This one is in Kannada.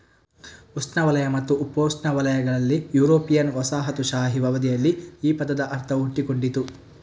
ಉಷ್ಣವಲಯ ಮತ್ತು ಉಪೋಷ್ಣವಲಯಗಳಲ್ಲಿ ಯುರೋಪಿಯನ್ ವಸಾಹತುಶಾಹಿ ಅವಧಿಯಲ್ಲಿ ಈ ಪದದ ಅರ್ಥವು ಹುಟ್ಟಿಕೊಂಡಿತು